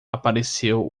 apareceu